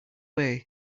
way